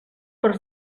per